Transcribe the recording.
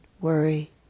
worry